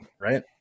Right